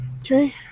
Okay